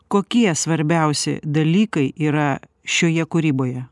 kokie svarbiausi dalykai yra šioje kūryboje